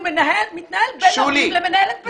הוא מתנהל בין ההורים למנהלת בית ספר?